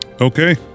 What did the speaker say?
Okay